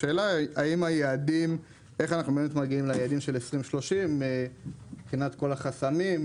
השאלה היא איך אנחנו מגיעים ליעדים של 2030 מבחינת כל החסמים.